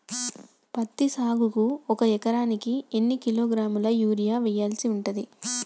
పత్తి సాగుకు ఒక ఎకరానికి ఎన్ని కిలోగ్రాముల యూరియా వెయ్యాల్సి ఉంటది?